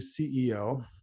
CEO